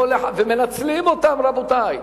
ומנצלים אותם, רבותי.